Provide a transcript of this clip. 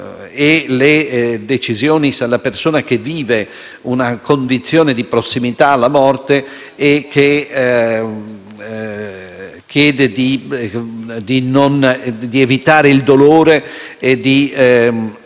alla decisione, se la persona vive una condizione di prossimità alla morte e chiede di evitare il dolore, di